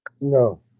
No